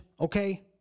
okay